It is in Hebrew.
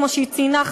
כמו שהיא ציינה,